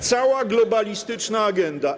Cała globalistyczna agenda.